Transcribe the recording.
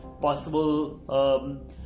possible